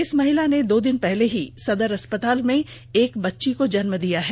इस महिला ने दो दिन पहले ही सदर अस्पताल मे एक बच्ची को जन्म दिया है